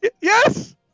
Yes